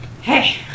Hey